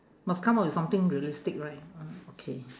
must come up with something realistic right uh okay